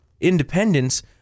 independence